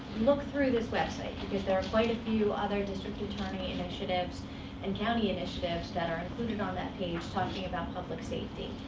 look through this website, because there are quite a few other district attorney initiatives and county initiatives that are included on that page, talking about public safety.